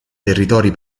territori